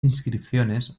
inscripciones